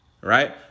right